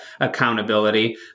accountability